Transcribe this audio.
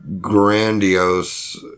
grandiose